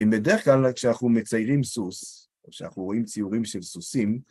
אם בדרך כלל כשאנחנו מציירים סוס, או כשאנחנו רואים ציורים של סוסים,